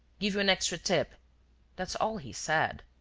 give you an extra tip' that's all he said.